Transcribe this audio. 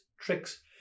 tricks